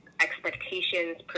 expectations